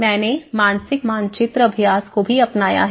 मैंने मानसिक मानचित्र अभ्यास को भी अपनाया है